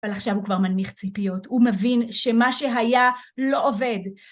אבל עכשיו הוא כבר מנמיך ציפיות, הוא מבין שמה שהיה לא עובד.